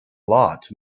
lot